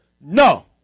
No